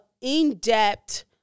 in-depth